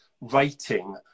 writing